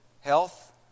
health